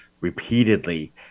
repeatedly